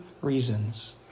reasons